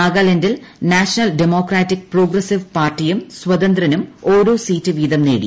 നാഗാലാന്റിൽ national democratic progressive പാർട്ടിയും സ്വതന്ത്രനും ഓരോ സീറ്റ്പ്പിത് നേടി